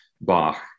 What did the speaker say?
Bach